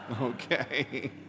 Okay